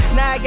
Now